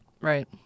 Right